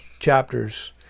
chapters